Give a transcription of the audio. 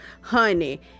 honey